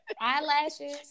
eyelashes